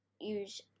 Use